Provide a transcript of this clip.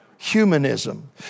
humanism